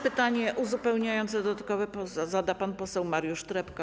Pytanie uzupełniające, dodatkowe zada pan poseł Mariusz Trepka.